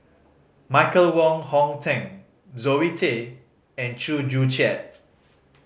Michael Wong Hong Teng Zoe Tay and Chew Joo Chiat